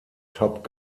top